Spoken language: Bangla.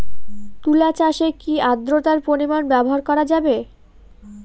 তুলা চাষে কি আদ্রর্তার পরিমাণ ব্যবহার করা যাবে?